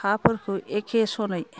हाफोरखौ एके सनै